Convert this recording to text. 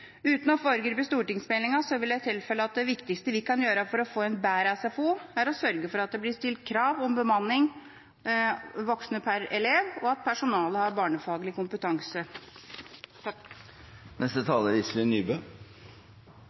Uten å foregripe stortingsmeldinga vil jeg tilføye at det viktigste vi kan gjøre for å få en bedre SFO, er å sørge for at det blir stilt krav om bemanning, altså antall voksne per elev, og at personalet har barnefaglig kompetanse.